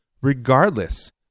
regardless